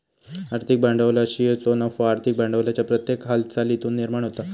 आर्थिक भांडवलशाहीचो नफो आर्थिक भांडवलाच्या प्रत्येक हालचालीतुन निर्माण होता